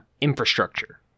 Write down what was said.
infrastructure